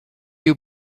you